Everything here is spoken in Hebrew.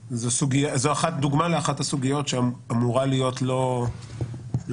זו דוגמה לאחת הסוגיות שאמורה להיות לא קואליציה,